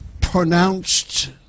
pronounced